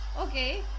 Okay